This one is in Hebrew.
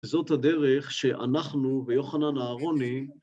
וזאת הדרך שאנחנו ויוחנן אהרוני